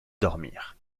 dormir